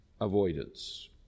avoidance